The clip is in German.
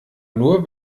nur